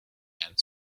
and